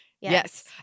Yes